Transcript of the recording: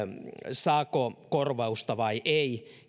saako korvausta vai ei